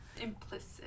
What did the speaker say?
Implicit